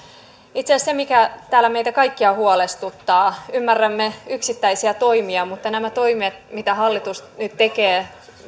itse asiassa se mikä täällä meitä kaikkia huolestuttaa ymmärrämme yksittäisiä toimia mutta näiden toimien jotka kohdistuvat lapsiperheisiin mitä hallitus nyt tekee